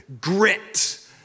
grit